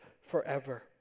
forever